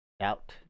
out